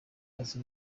azi